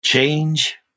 Change